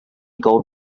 gold